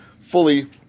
fully